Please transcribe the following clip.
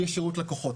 יש שירות לקוחות.